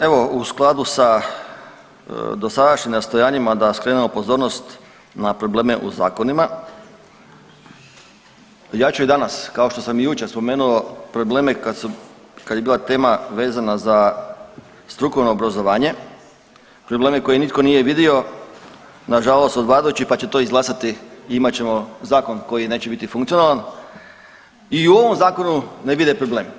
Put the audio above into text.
Evo u skladu sa dosadašnjim nastojanjima da skrenemo pozornost na probleme u zakonima ja ću i danas kao što sam i jučer spomenuo probleme kad su, kad je bila tema vezana za strukovno obrazovanje, probleme koje nitko nije vidio nažalost od vladajućih pa će to izglasati i imat ćemo zakon koji neće biti funkcionalan i u ovom zakonu ne vide problem.